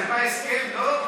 בזמננו.